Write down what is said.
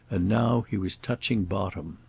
and now he was touching bottom.